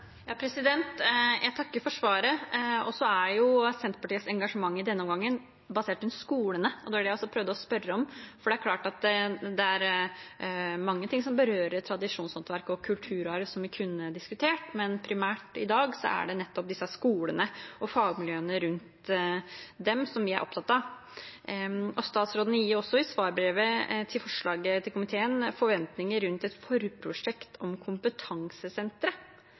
er jo basert på skolene, og det var også det jeg prøvde å spørre om. Det er klart at det er mange ting som berører tradisjonshåndverk og kulturarv som vi kunne diskutert, men i dag er det primært nettopp disse skolene og fagmiljøene rundt dem vi er opptatt av. Statsråden gir jo også i svarbrevet på forslaget til komiteen forventninger rundt et forprosjekt om kompetansesentre,